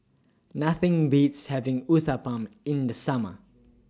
Nothing Beats having Uthapam in The Summer